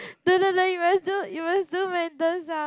no no no you must do you must do mental sum